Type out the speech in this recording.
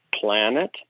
planet